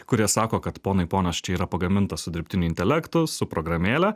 kurie sako kad ponai ponas čia yra pagaminta su dirbtiniu intelektu su programėle